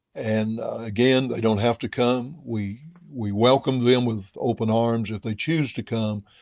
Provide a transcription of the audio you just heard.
and, again, they don't have to come. we we welcome them with open arms if they choose to come,